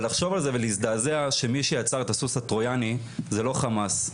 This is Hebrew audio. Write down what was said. אבל לחשוב על זה ולהזדעזע שמי שיצר את הסוס הטרויאני זה לא חמאס,